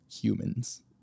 humans